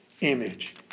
image